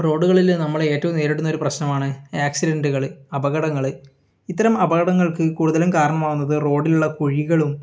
റോഡുകളിൽ നമ്മളേറ്റവും നേരിടുന്ന ഒരു പ്രശ്നമാണ് ആക്സിഡൻറ്റുകൾ അപകടങ്ങൾ ഇത്തരം അപകടങ്ങൾക്ക് കൂടുതലും കാരണമാകുന്നത് റോഡിലുള്ള കുഴികളും